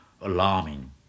alarming